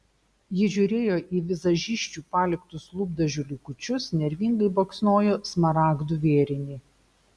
ji žiūrėjo į vizažisčių paliktus lūpdažių likučius nervingai baksnojo smaragdų vėrinį